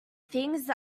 things